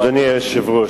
אדוני היושב-ראש,